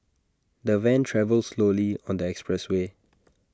the van travelled slowly on the expressway